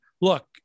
look